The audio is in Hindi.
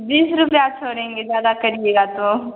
बीस रुपये छोड़ेंगे ज्यादा करिएगा तो